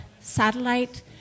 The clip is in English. satellite